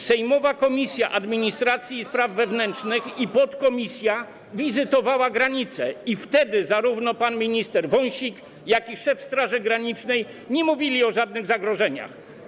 Sejmowa Komisja Administracji i Spraw Wewnętrznych i podkomisja wizytowały granice i wtedy zarówno pan minister Wąsik, jak i szef Straży Granicznej nie mówili o żadnych zagrożeniach.